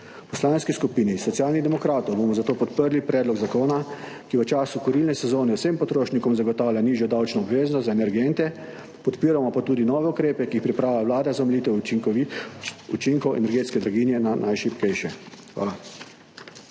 Poslanski skupini Socialnih demokratov bomo zato podprli predlog zakona, ki v času kurilne sezone vsem potrošnikom zagotavlja nižjo davčno obveznost za energente, podpiramo pa tudi nove ukrepe, ki jih pripravlja Vlada za omilitev učinkov energetske draginje na najšibkejše. Hvala.